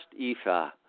ephah